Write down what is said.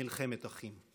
מלחמת אחים.